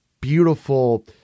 beautiful